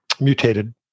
mutated